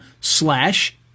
slash